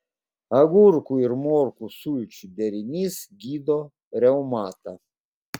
agurkų ir morkų sulčių derinys gydo reumatą